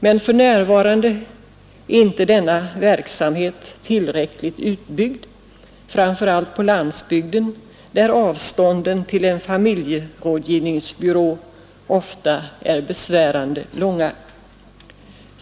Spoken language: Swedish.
Men för närvarande är inte denna verksamhet tillräckligt utbyggd, framför allt inte på landsbygden där avstånden till en familjerådgivningsbyrå ofta är besvärande långa.